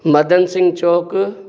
Madan Singh Chowk